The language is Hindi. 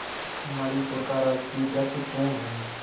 मणिपुर का राजकीय वृक्ष तून है